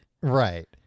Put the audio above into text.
Right